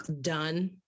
done